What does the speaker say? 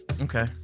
Okay